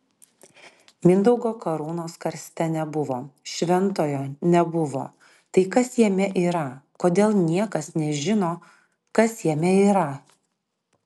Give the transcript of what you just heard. mindaugo karūnos karste nebuvo šventojo nebuvo tai kas jame yra kodėl niekas nežino kas jame yra